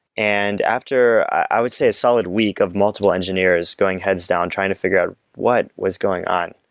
and after i would say a solid week of multiple engineers going heads down, trying to figure out what was going on,